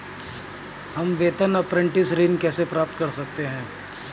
हम वेतन अपरेंटिस ऋण कैसे प्राप्त कर सकते हैं?